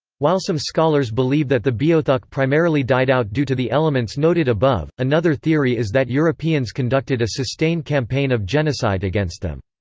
while some scholars believe that the beothuk primarily died out due to the elements noted above, another theory is that europeans conducted a sustained campaign of genocide against them.